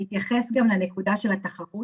אני אתייחס גם לנקודה של התחרות